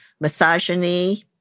misogyny